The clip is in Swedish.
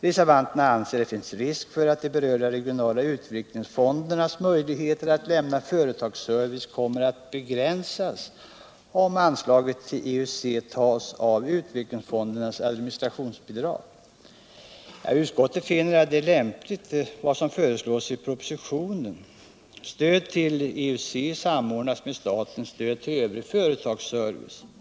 Reservanterna anser att det finns risk för att de berörda regionala utvecklingsfondernas möjligheter att lämna företagsservice kommer att begränsas om anslaget till IUC tas av utvecklingsfondernas administrationsbidrag. Utskottet finner det lämpligt att, som det föreslås i propositionen, stöd till IUC samordnas med statens stöd i övrigt till företagsservice.